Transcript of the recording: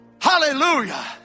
Hallelujah